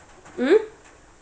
mm